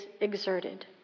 exerted